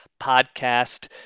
podcast